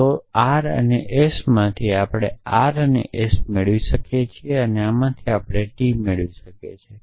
તો અહી આપણે r અને s મેળવી શકીએ છીએ અને આમાંથી આપણે t મેળવી શકીએ છીએ